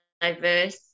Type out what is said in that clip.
diverse